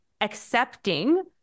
accepting